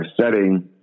setting